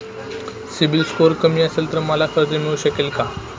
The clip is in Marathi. सिबिल स्कोअर कमी असेल तर मला कर्ज मिळू शकेल का?